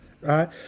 right